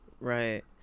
Right